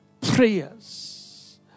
prayers